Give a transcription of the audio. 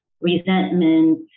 resentment